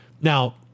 Now